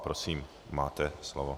Prosím, máte slovo.